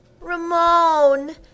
Ramon